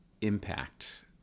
impact